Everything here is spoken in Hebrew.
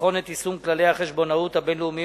לבחון את יישום כללי החשבונאות הבין-לאומיים